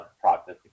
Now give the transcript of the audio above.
process